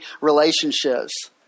relationships